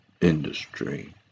industry